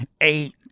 Eight